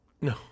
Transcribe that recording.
No